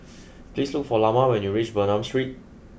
please look for Lamar when you reach Bernam Street